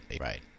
Right